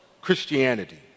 Christianity